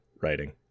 writing